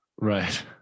Right